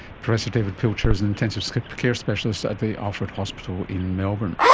professor david pilcher is an intensive care specialist at the alfred hospital in melbourne